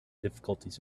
difficulties